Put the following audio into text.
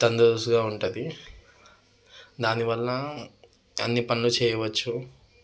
తందూరుస్త్గా ఉంటుంది దానివల్ల అన్నీ పనులు చేయవచ్చు